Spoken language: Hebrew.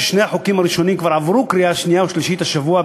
כששני החוקים הראשונים כבר עברו קריאה שנייה ושלישית השבוע,